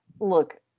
Look